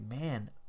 man